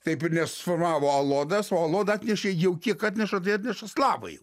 taip ir nesusiformavo alodas o alodą atnešė jau kiek atneša tai atneša slavai